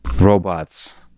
robots